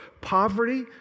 Poverty